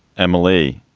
emily,